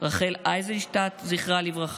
רחל אייזנשטדט ז"ל,